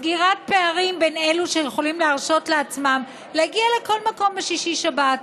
סגירת פערים בין אלו שיכולים להרשות לעצמם להגיע לכל מקום בשישי-שבת,